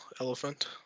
elephant